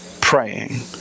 praying